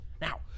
Now